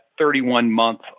31-month